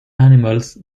animals